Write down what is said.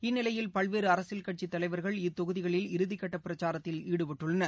இந்நிலையில் பல்வேறுஅரசியல் கட்சித் தலைவர்கள் இத்தொகுதிகளில் இறுதிகட்டபிரச்சாரத்தில் ஈடுபட்டுள்ளனர்